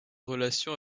relation